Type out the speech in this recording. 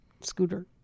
scooter